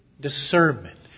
discernment